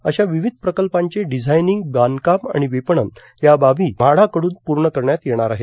अशा विविध प्रकल्पांचे डिझाईनींग बांधकाम आणि विपणन या बाबी म्हाडाकडून पूर्ण करण्यात येणार आहे